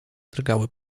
drgały